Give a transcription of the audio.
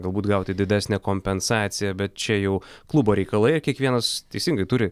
galbūt gauti didesnę kompensaciją bet čia jau klubo reikalai kiekvienas teisingai turi